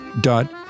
dot